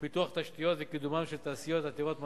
פיתוח תשתיות וקידומן של תעשיות עתירות מדע.